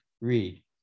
read